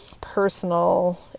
personal